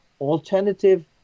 alternative